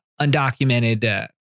undocumented